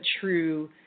true